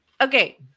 Okay